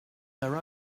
their